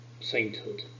sainthood